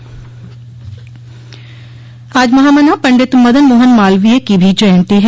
आज महामना पंडित मदनमोहन मालवीय की भी जयंती है